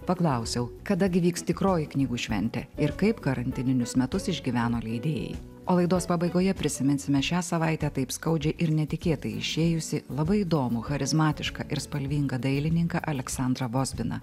paklausiau kada gi vyks tikroji knygų šventė ir kaip karantininius metus išgyveno leidėjai o laidos pabaigoje prisiminsime šią savaitę taip skaudžiai ir netikėtai išėjusį labai įdomų charizmatišką ir spalvingą dailininką aleksandrą vozbiną